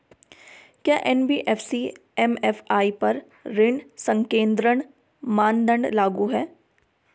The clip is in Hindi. क्या एन.बी.एफ.सी एम.एफ.आई पर ऋण संकेन्द्रण मानदंड लागू हैं?